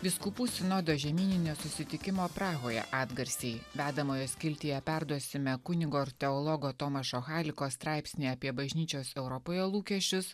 vyskupų sinodo žemyninio susitikimo prahoje atgarsiai vedamojo skiltyje perduosime kunigo ir teologo tomašo hailiko straipsnį apie bažnyčios europoje lūkesčius